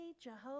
Jehovah